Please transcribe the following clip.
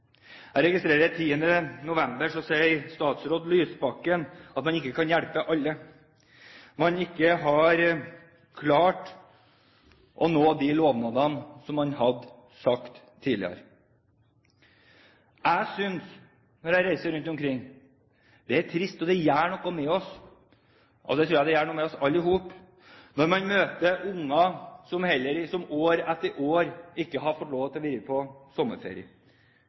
Jeg registrerer at statsråd Lysbakken 10. november sier at man ikke kan hjelpe alle, man har ikke klart å nå de lovnadene man hadde tidligere. Jeg synes, når jeg reiser rundt omkring og ser, at det er trist, og det gjør noe med oss. Jeg tror det gjør noe med oss alle sammen når man møter unger som år etter år ikke har fått vært på sommerferie,